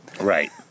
Right